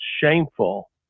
shameful